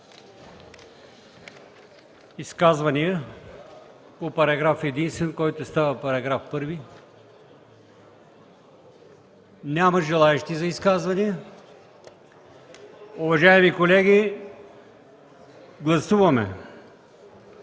Изказвания по параграф единствен, който става § 1? Няма желаещи за изказвания. Уважаеми колеги, гласуваме